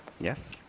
Yes